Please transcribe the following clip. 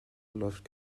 läuft